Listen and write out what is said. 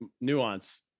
Nuance